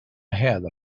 ahead